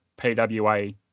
pwa